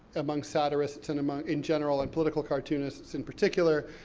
among satirists, and among, in general, and political cartoonists in particular,